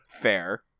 Fair